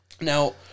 Now